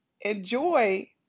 enjoy